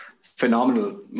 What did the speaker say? Phenomenal